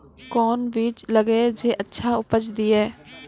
कोंन बीज लगैय जे अच्छा उपज दिये?